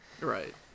right